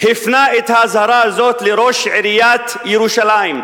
הפנה את האזהרה הזאת לראש עיריית ירושלים,